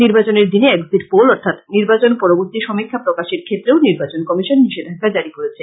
নির্বাচনের দিনে exit poll অর্থাৎ নির্বাচন পরবর্তী সমীক্ষা প্রকাশের ক্ষেত্রেও নির্বাচন কমিশন নিষেধাজ্ঞা জারী করেছে